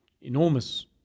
enormous